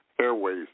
airways